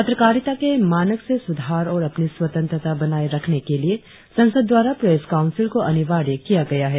पत्रकारिता के मानक में सुधार और अपनी स्वतंत्रता बनाए रखने के लिए संसद द्वारा प्रेस काउंसिल को अनिवार्य किया गया है